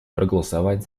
проголосовать